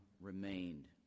remained